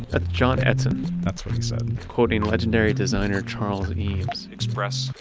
that's john edson that's what he said quoting legendary designer charles eames express,